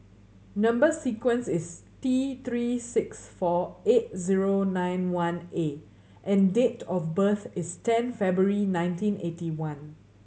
number sequence is T Three six four eight zero nine one A and date of birth is ten February nineteen eighty one